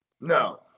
No